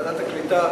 ועדת עלייה וקליטה.